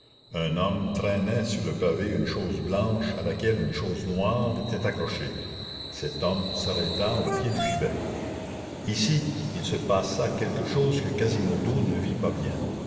un homme traînait sur le pavé une chose blanche à laquelle une chose noire était accrochée cet homme s'arrêta au pied du gibet ici il se passa quelque chose que quasimodo ne vit pas bien